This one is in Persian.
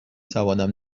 توانم